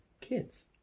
kids